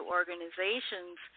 organizations